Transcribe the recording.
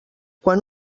quan